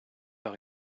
par